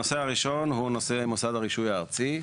הנושא הראשון הוא נושא מוסד הרישוי הארצי.